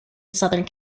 south